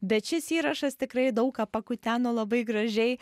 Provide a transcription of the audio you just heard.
bet šis įrašas tikrai daug ką pakuteno labai gražiai